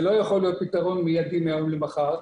זה לא יכול להיות פתרון מיידי מהיום למחר.